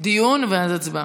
דיון והצבעה.